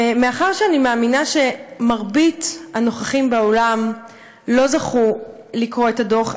ומאחר שאני מאמינה שמרבית הנוכחים באולם לא זכו לקרוא את הדוח,